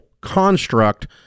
construct